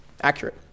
accurate